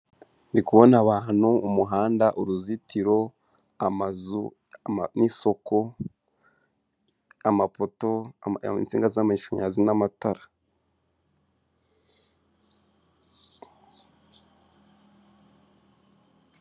Ndi kubona abantu, umuhanda, uruzitiro, amazu, n'isoko, amapoto, insinga z'amashanyarazi, n'amatara.